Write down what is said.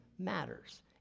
matters